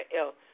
else